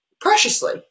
preciously